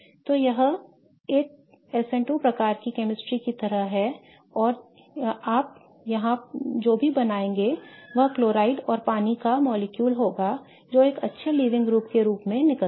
तो यह एक SN2 प्रकार की chemistry की तरह है और आप यहां जो भी बनाएंगे वह क्लोराइड और पानी का अणु होगा जो एक अच्छे लीविंग ग्रुप के रूप में निकलता है